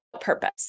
purpose